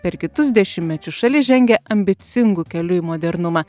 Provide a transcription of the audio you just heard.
per kitus dešimtmečius šalis žengė ambicingu keliu į modernumą